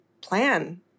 plan